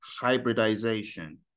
hybridization